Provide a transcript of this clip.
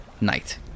night